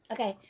Okay